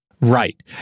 Right